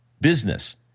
business